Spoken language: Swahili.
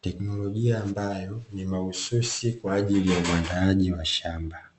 teknolojia ambayo ni mahususi kwa ajili ya uandaaji wa shamba.